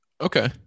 Okay